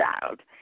child